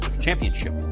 championship